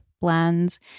blends